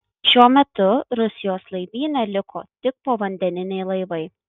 šiuo metu rusijos laivyne liko tik povandeniniai laivai